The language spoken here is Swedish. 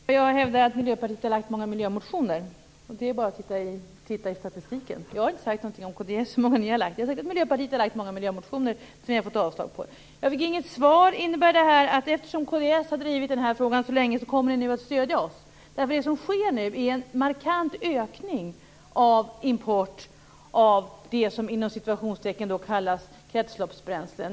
Fru talman! Jag hävdar att Miljöpartiet har lagt fram många miljömotioner. Det är bara att titta i statistiken. Jag har inte sagt något om kd eller om hur många motioner ni har lagt fram. Jag har sagt att Miljöpartiet har lagt fram många miljömotioner som vi har fått avslag på. Jag fick inget svar. Innebär det här, eftersom kd har drivit denna fråga så länge, att ni nu kommer att stödja oss? För det som sker nu är en markant ökning av import av det som inom citationstecken kallas "kretsloppsbränslen."